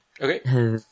Okay